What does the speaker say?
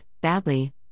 badly